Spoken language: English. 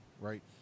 right